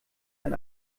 ein